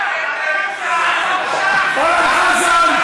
אורן חזן.